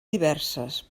diverses